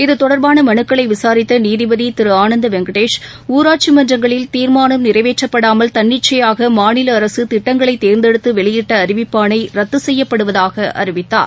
இதுதொடர்பாள மனுக்களை விசாரித்த நீதிபதி திரு ஆனந்த வெங்கடேஷ் ஊராட்சி மன்றங்களில் தீர்மானம் நிறைவேற்றப்படாமல் தன்னிச்சையாக மாநில அரசு திட்டங்களை தேர்ந்தெடுத்து வெளியிட்ட அறிவிப்பாணை ரத்து செய்யப்படுவதாக அறிவித்தார்